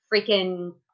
freaking